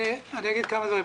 אגיד כמה דברים.